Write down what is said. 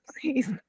please